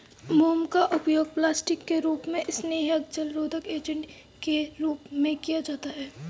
मोम का उपयोग प्लास्टिक के रूप में, स्नेहक, जलरोधक एजेंट के रूप में किया जाता है